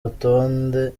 rutonde